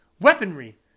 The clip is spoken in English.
weaponry